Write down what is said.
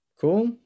cool